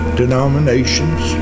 denominations